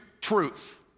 truth